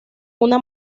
una